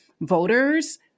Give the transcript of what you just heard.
voters